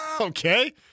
Okay